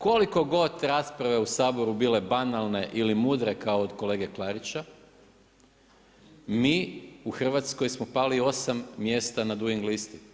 Koliko god rasprave u saboru bile banalne ili mudre kao od kolege Klarića, mi u Hrvatskoj smo pali 8 mjesta na duing listi.